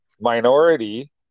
minority